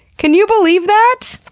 can you believe that?